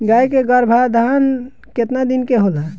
गाय के गरभाधान केतना दिन के होला?